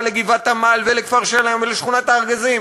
לגבעת-עמל ולכפר-שלם ולשכונת-הארגזים,